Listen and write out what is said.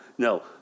No